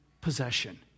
possession